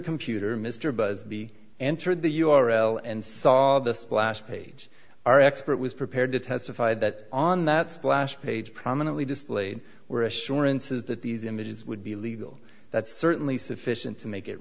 computer mr busby entered the u r l and saw the splash page our expert was prepared to testify that on that splash page prominently displayed were assurances that these images would be legal that's certainly sufficient to make it